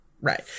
Right